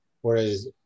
Whereas